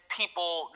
people